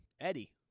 Eddie